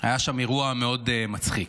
היה שם אירוע מאוד מצחיק.